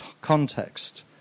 context